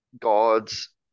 god's